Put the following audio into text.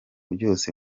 byose